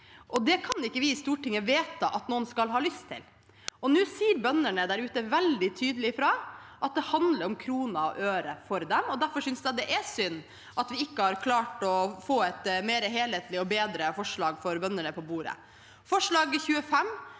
Det kan ikke vi i Stortinget vedta at noen skal ha lyst til. Nå sier bøndene der ute veldig tydelig fra om at det handler om kroner og øre for dem, og derfor synes jeg det er synd at vi ikke har klart å få et mer helhetlig og bedre forslag for bøndene på bordet.